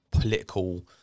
political